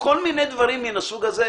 כל מיני דברים מהסוג הזה.